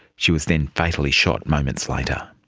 she was then fatally shot moments later.